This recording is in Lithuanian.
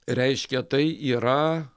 reiškia tai yra